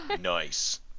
Nice